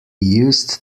used